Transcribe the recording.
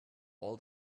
all